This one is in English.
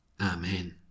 Amen